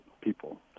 people